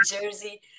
Jersey